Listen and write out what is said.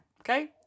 okay